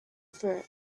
fruit